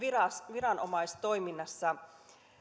viranomaistoiminnassa